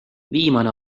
viimane